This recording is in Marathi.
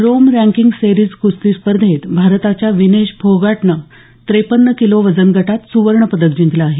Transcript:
रोम रँकिंग सेरीज कुस्ती स्पर्धेत भारताच्या विनेश फोगाटनं त्रेपन्न किलो वजनगटात सुवर्ण पदक जिंकलं आहे